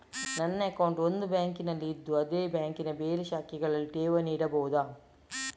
ನನ್ನ ಅಕೌಂಟ್ ಒಂದು ಬ್ಯಾಂಕಿನಲ್ಲಿ ಇದ್ದು ಅದೇ ಬ್ಯಾಂಕಿನ ಬೇರೆ ಶಾಖೆಗಳಲ್ಲಿ ಠೇವಣಿ ಇಡಬಹುದಾ?